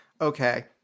Okay